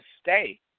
stay